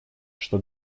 что